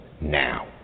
now